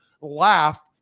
Laugh